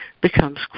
becomes